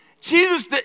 Jesus